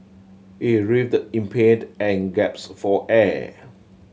he writhed in paid and for air